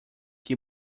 que